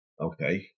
Okay